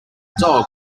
dog